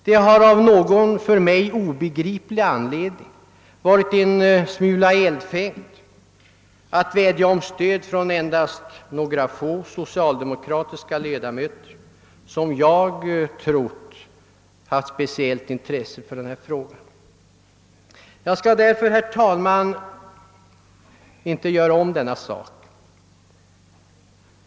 Det har av någon — för mig obegriplig — anledning varit en smula eldfängt att vädja om stöd från endast några få socialdemokrater, nämligen sådana ledamöter som jag trott haft speciellt intresse för denna fråga. Jag skall därför, herr talman, i dag inte framställa min vädjan på samma sätt.